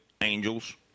angels